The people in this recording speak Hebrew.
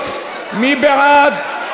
בדבר הפחתת תקציב לא